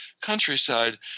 countryside